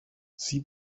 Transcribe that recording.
sie